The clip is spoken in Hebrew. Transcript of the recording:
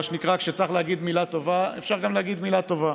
כשצריך להגיד מילה טובה אפשר גם להגיד מילה טובה,